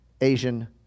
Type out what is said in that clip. Asian